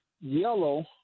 yellow